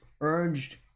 urged